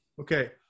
Okay